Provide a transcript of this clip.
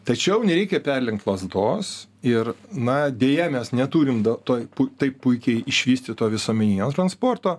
tačiau nereikia perlenkt lazdos ir na deja mes neturim dar toj taip puikiai išvystyto visuomeninio transporto